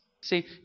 See